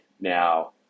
now